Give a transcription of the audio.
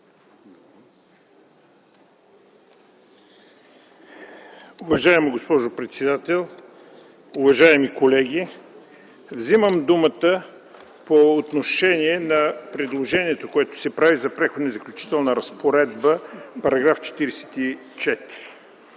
Уважаема госпожо председател, уважаеми колеги! Вземам думата по отношение на предложението, което се прави за Преходна и заключителна разпоредба, § 44.